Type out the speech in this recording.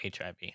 HIV